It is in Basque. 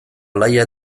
alaia